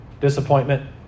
Disappointment